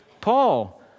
Paul